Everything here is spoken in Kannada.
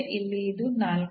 ಇಲ್ಲಿ ಇದು 4